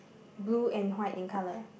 blue and white in colour